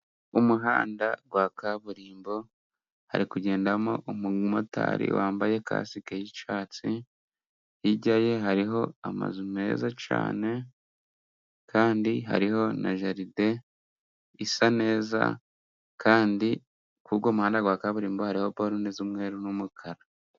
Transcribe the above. Mu muhanda wa kaburimbo hari kugendamo umumotari wambaye kasike y'icyatsi, hirya ye hariho amazu meza cyane kandi hariho na jaride isa neza, kandi kuri uwo muhanda wa kaburimbo, hariho borune z'umweru n'umukara.